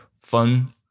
Fun